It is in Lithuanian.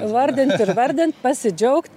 vardint ir vardint pasidžiaugt